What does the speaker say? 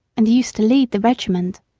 and used to lead the regiment.